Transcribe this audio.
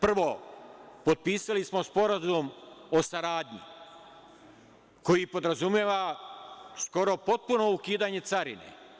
Prvo, potpisali smo Sporazum o saradnji koji podrazumeva skoro potpuno ukidanje carine.